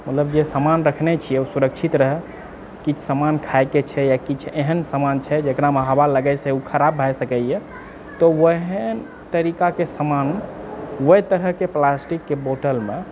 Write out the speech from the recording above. मतलब जे समान देखने छियै ओ सुरक्षित रहऽ किछु समान खाए के छै या किछु एहन समान छै जेकरामे हवा लगै से ओ खराब भए सकैए तऽ ओहन तरीकाकेेँ समान ओएह तरहकेँ प्लास्टिकके बोतलमे